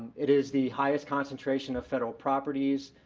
it is the highest concentration of federal properties.